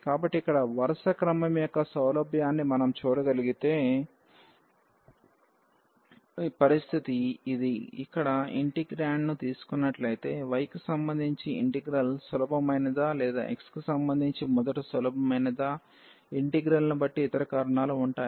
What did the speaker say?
కాబట్టి ఇక్కడ వరస క్రమం యొక్క సౌలభ్యాన్ని మనం చూడగలిగే పరిస్థితి ఇది ఇక్కడ ఇంటెగ్రాండ్ ని తీసుకున్నట్లైతే y కి సంబంధించి ఇంటిగ్రల్ సులభమైనదా లేదా x కి సంబంధించి మొదట సులభమైనదా ఇంటిగ్రల్ను బట్టి ఇతర కారణాలు ఉంటాయి